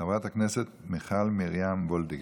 חברת הכנסת מיכל מרים וולדיגר,